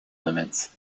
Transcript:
limits